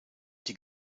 die